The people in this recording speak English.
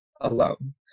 alone